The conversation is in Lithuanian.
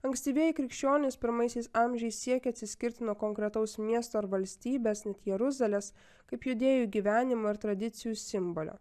ankstyvieji krikščionys pirmaisiais amžiais siekė atsiskirti nuo konkretaus miesto ar valstybės net jeruzalės kaip judėjų gyvenimo ir tradicijų simbolio